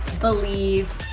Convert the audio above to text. believe